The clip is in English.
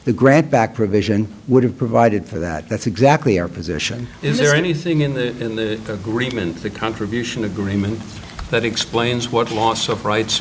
the grant back provision would have provided for that that's exactly our position is there anything in the agreement the contribution agreement that explains what a loss of rights